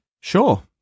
Sure